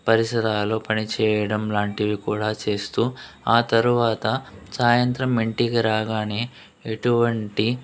పరిసరాలు పనిచేయడం లాంటివి కూడా చేస్తూ ఆ తరువాత సాయంత్రం ఇంటికి రాగానే ఎటువంటి